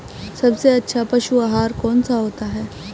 सबसे अच्छा पशु आहार कौन सा होता है?